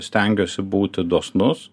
stengiuosi būti dosnus